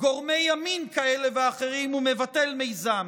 גורמי ימין כאלה ואחרים, הוא מבטל מיזם,